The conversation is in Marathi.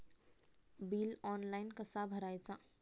बिल ऑनलाइन कसा भरायचा?